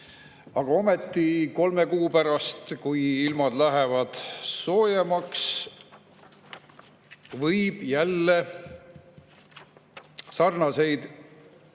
Ometi, kolme kuu pärast, kui ilmad lähevad soojemaks, võib jälle sarnaseid